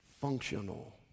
Functional